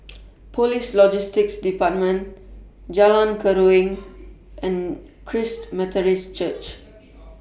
Police Logistics department Jalan Keruing and Christ Methodist Church